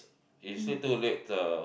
if sleep too late the